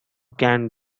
can